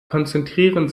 konzentrieren